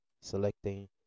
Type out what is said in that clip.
selecting